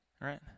right